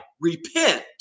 repent